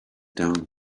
down